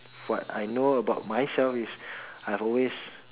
what I know about myself is I've always